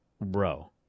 Bro